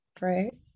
Right